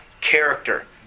character